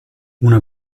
una